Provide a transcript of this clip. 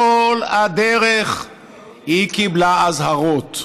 כל הדרך היא קיבלה אזהרות.